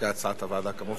מי בעד ומי נגד?